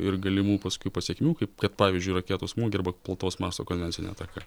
ir galimų paskui pasekmių kaip kad pavyzdžiui raketos smūgiai arba plataus masto konvencinė ataka